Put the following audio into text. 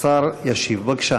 השר ישיב, בבקשה.